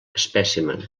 espècimen